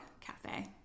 Cafe